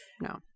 No